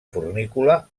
fornícula